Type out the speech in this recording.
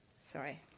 Sorry